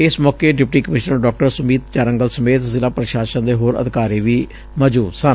ਇਸ ਮੌਕੇ deputy commissioner ਡਾ ਸੁਮੀਤ ਜਾਰੰਗਲ ਸਮੇਤ ਜ਼ਿਲ੍ਹਾ ਪ੍ਸਾਸ਼ਨ ਦੇ ਹੋਰ ਅਧਿਕਾਰੀ ਵੀ ਮੌਜੂਦ ਸਨ